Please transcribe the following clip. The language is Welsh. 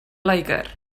loegr